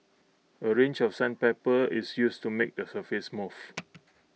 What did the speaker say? A range of sandpaper is used to make the surface smooth